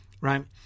right